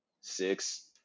six